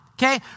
Okay